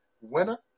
winner